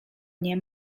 nie